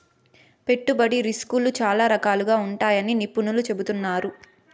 పెట్టుబడి రిస్కులు చాలా రకాలుగా ఉంటాయని నిపుణులు చెబుతున్నారు